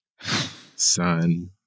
son